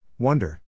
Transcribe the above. Wonder